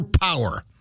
power